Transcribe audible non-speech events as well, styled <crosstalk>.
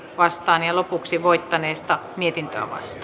vastaan ja lopuksi voittaneesta mietintöä vastaan <unintelligible>